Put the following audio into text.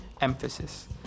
emphasis